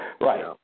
Right